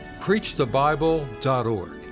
preachthebible.org